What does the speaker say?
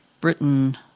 Britain